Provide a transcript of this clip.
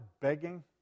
begging